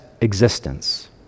existence